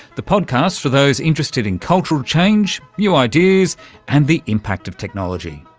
the podcast for those interested in cultural change, new ideas and the impact of technology.